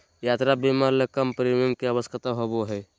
यात्रा बीमा ले कम प्रीमियम के आवश्यकता होबो हइ